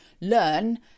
learn